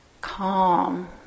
calm